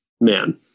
man